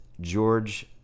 George